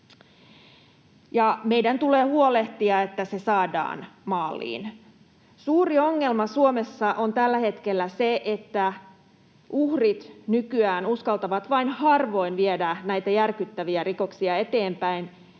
meidän tulee huolehtia, että se saadaan maaliin. Suuri ongelma Suomessa on tällä hetkellä se, että uhrit nykyään uskaltavat vain harvoin viedä näitä järkyttäviä rikoksia eteenpäin